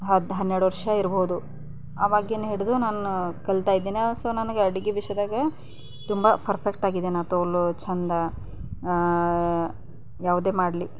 ಹತ್ತು ಹನ್ನೆರಡು ವರ್ಷ ಇರಬಹುದು ಆವಾಗಿಂದ ಹಿಡಿದು ನಾನು ಕಲಿತಾಯಿದ್ದೀನಿ ಸೊ ನನಗೆ ಅಡುಗೆ ವಿಷಯದಾಗ ತುಂಬ ಫರ್ಫೆಕ್ಟಾಗಿದ್ದೇನೆ ತೋಲ್ ಚೆಂದ ಯಾವುದೇ ಮಾಡಲಿ